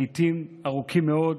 לעיתים ארוכים מאוד,